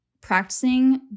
practicing